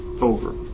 over